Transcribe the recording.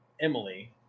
Emily